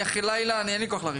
אני אחרי לילה, אין לי כוח לריב.